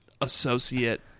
associate